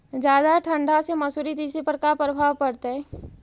जादा ठंडा से मसुरी, तिसी पर का परभाव पड़तै?